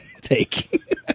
take